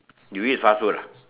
you eat fast food ah